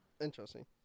Interesting